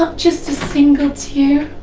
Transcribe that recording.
ah just a single tear?